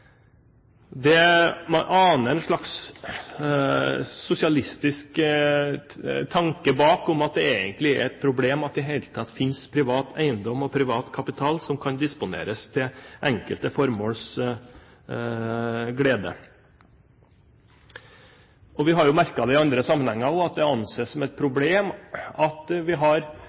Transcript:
Man aner en slags sosialistisk tanke bak, at det egentlig er et problem at det i det hele tatt finnes privat eiendom og privat kapital som kan disponeres til enkelte formåls glede. Vi har merket i andre sammenhenger også at det anses som et problem at vi har